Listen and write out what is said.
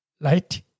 light